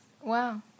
wow